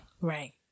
Right